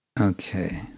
Okay